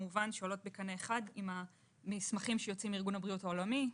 שעולות בקנה אחד עם המסמכים שיוצאים מארגון הבריאות העולמי,